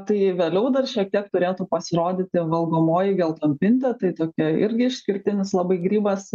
tai vėliau dar šiek tiek turėtų pasirodyti valgomoji geltonpintė tai tokia irgi išskirtinis labai grybas